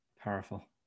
Powerful